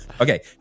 Okay